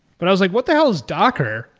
but i was like, what the hell is docker?